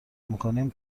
میکنیم